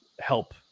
help